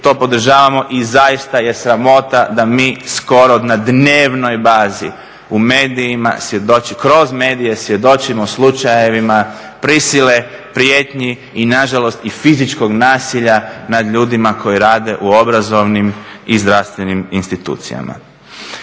To podržavamo i zaista je sramota da mi skoro na dnevnoj bazi u medijima kroz medije svjedočimo slučajevima prisile, prijetnji i nažalost i fizičkog nasilja nad ljudima koji rade u obrazovnim i zdravstvenim institucijama.